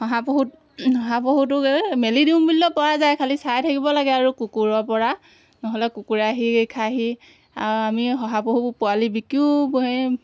শহাপহু শহাপহুটোক এই মেলি দিওঁ দিওঁ বুলিলেও পৰা যায় খালী চাই থাকিব লাগে আৰু কুকুৰৰপৰা নহ'লে কুকুৰে আহি খাইহি আৰু আমি শহাপহুবোৰ পোৱালি বিকিও